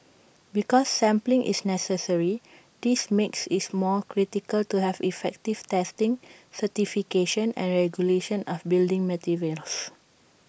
because sampling is necessary this makes IT more critical to have effective testing certification and regulation of building materials